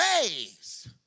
ways